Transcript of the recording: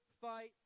fight